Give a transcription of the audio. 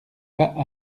pas